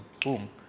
Boom